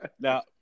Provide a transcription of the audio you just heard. Now